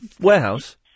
warehouse